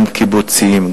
גם קיבוצים,